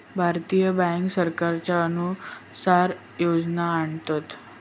भारतीय बॅन्क सरकारच्या अनुसार योजना आणतत